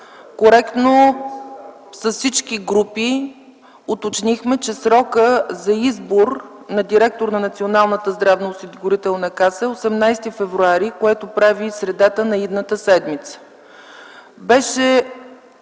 парламентарни групи уточнихме, че срокът за избор на директор на Националната здравноосигурителна каса е 18 февруари, което прави средата на идната седмица. Беше